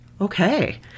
Okay